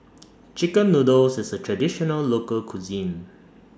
Chicken Noodles IS A Traditional Local Cuisine